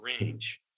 range